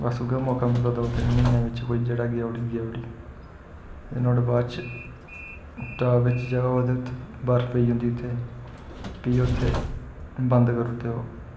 बस उयै मौका मिलदा दो तिन म्हीने बिच्च कोई जेह्ड़ा कोई गेआ उठी गेआ उठी नुआढ़े बाद च टाप बिच्च जगह् ओह्दे उत्थै बर्फ पेई जंदी उत्थें फ्ही उत्थें बंद करी उड़दे ओह्